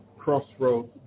Crossroads